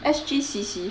S_G_C_C